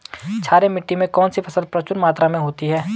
क्षारीय मिट्टी में कौन सी फसल प्रचुर मात्रा में होती है?